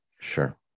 Sure